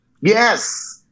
Yes